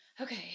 Okay